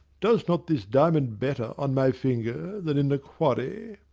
does not this diamond better on my finger, than in the quarry?